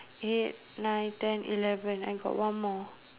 eight nine ten eleven I got one more